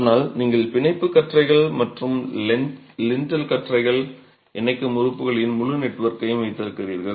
ஆனால் நீங்கள் பிணைப்பு கற்றைகள் மற்றும் லிண்டல் கற்றைகளை இணைக்கும் உறுப்புகளின் முழு நெட்வொர்க்கையும் வைத்திருக்கிறீர்கள்